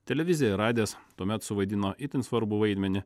televizija ir radijas tuomet suvaidino itin svarbų vaidmenį